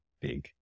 big